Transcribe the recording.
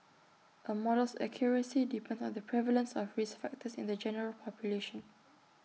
A model's accuracy depends on the prevalence of risk factors in the general population